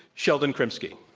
sheldon krimsky,